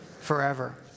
forever